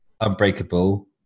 Unbreakable